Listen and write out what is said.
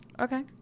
Okay